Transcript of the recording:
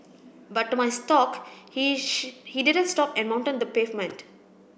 but to my stock he he didn't stop and mounted the pavement